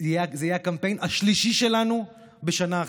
זה יהיה הקמפיין השלישי שלנו בשנה אחת.